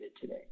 today